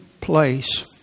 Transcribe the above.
place